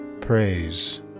Praise